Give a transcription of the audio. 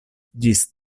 ĝis